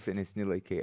senesni laikai